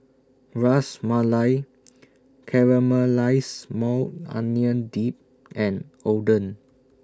Ras Malai Caramelized Maui Onion Dip and Oden